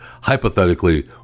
hypothetically